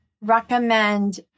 recommend